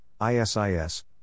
ISIS